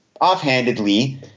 offhandedly